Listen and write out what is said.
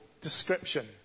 description